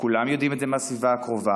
כולם יודעים את זה מהסביבה הקרובה,